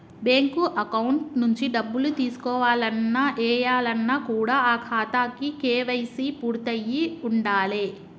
bank account నుంచి డబ్బులు తీసుకోవాలన్న, ఏయాలన్న కూడా ఆ ఖాతాకి కేవైసీ పూర్తయ్యి ఉండాలే